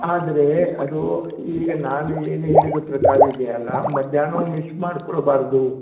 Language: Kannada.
ಆದರೆ ಅದು ಈಗ ನಾನು ಏನು ಹೇಳಿದ ಪ್ರಕಾರ ಇದೆಯಲ್ಲ ಮಧ್ಯಾಹ್ನವೂ ಮಿಸ್ ಮಾಡಿಕೊಳ್ಬಾರ್ದು